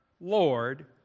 Lord